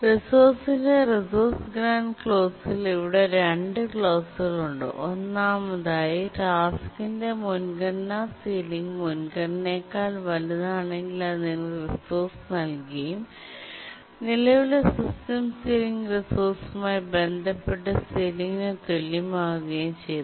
റിസോഴ്സ്ന്റെ resource grant ക്ലോസിൽ ഇവിടെ രണ്ട് ക്ലോസുകൾ ഉണ്ട് ഒന്നാമതായി ടാസ്കിന്റെ മുൻഗണന സീലിംഗ് മുൻഗണനയേക്കാൾ വലുതാണെങ്കിൽ അതിന് റിസോഴ്സ് നൽകുകയും നിലവിലെ സിസ്റ്റം സീലിംഗ് റിസോഴ്സുമായി ബന്ധപ്പെട്ട സീലിംഗിന് തുല്യമാവുകയും ചെയ്യുന്നു